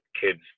kids